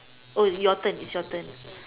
oh your turn it's your turn